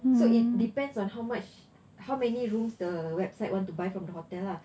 so it depends on how much how many rooms the website want to buy from the hotel lah